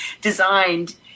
designed